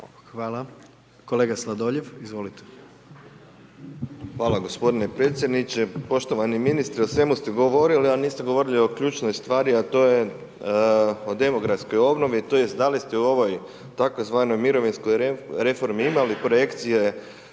izvolite. **Sladoljev, Marko (MOST)** Hvala gospodine predsjedniče. Poštovani ministre, o svemu ste govorili a niste govorili o ključnoj stvari a to je o demografskoj obnovi, t. da li ste u ovoj tzv. mirovinskoj reformi imali projekcije